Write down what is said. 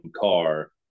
car